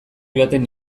joaten